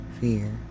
fear